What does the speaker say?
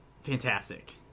fantastic